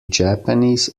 japanese